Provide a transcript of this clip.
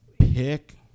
Pick